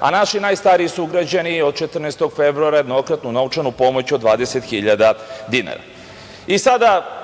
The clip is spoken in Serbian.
a naši najstariji sugrađani od 14. februara jednokratnu novčanu pomoć od 20.000 dinara. Sada,